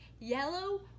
yellow